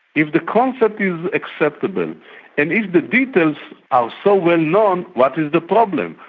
if the concept is acceptable and if the details are so well-known, what is the problem?